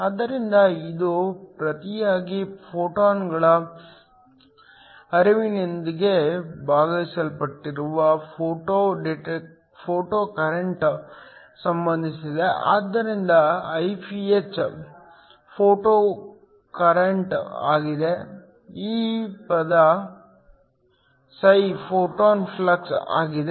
ಆದ್ದರಿಂದ ಇದು ಪ್ರತಿಯಾಗಿ ಫೋಟೊನ್ಗಳ ಹರಿವಿನಿಂದ ಭಾಗಿಸಲ್ಪಟ್ಟಿರುವ ಫೋಟೊ ಕರೆಂಟ್ಗೆ ಸಂಬಂಧಿಸಿದೆ ಆದ್ದರಿಂದ Iph ಫೋಟೋ ಕರೆಂಟ್ ಆಗಿದೆ ಈ ಪದ φ ಫೋಟಾನ್ ಫ್ಲಕ್ಸ್ ಆಗಿದೆ